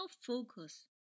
focus